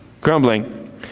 Grumbling